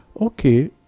Okay